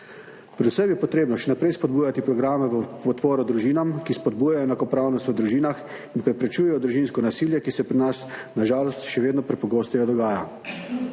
Predvsem je potrebno še naprej spodbujati programe za podporo družinam, ki spodbujajo enakopravnost v družinah in preprečujejo družinsko nasilje, ki se pri nas na žalost še vedno prepogosto dogaja.